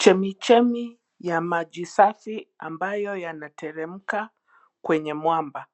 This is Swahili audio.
Chemichemi ya maji safi ambayo yanateremka kwenye mwamba.